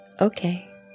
Okay